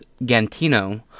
Gantino